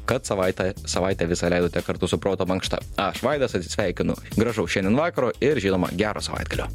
kad savaitę savaitę visa leidote kartu su proto mankšta aš vaidas atsisveikinu gražaus šiandien vakaro ir žinoma gero savaitgalio